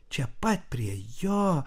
čia pat prie jo